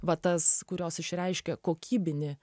va tas kurios išreiškia kokybinį